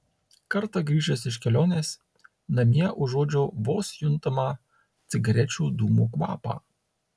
kartą grįžęs iš kelionės namie užuodžiau vos juntamą cigarečių dūmų kvapą